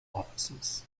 offices